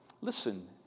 listen